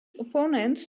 opponents